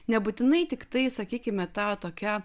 nebūtinai tiktai sakykime ta tokia